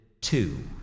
two